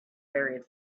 buried